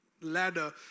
ladder